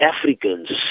Africans